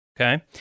Okay